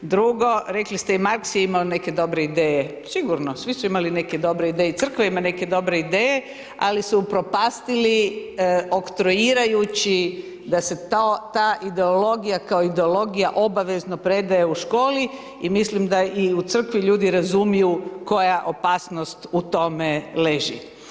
Drugo, rekli ste i Marx je imao neke dobre ideje, sigurno, svi su imali neke dobre ideje, Crkva ima neke dobre ideje ali su upropastili oktroirajući da se ta ideologija kao ideologija obvezno predaje u školi i mislim da i u Crkvi ljudi razumiju koja opasnost u tome leži.